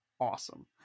Awesome